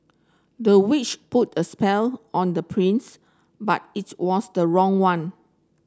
the witch put a spell on the prince but it was the wrong one